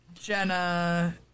Jenna